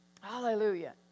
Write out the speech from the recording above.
Hallelujah